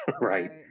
right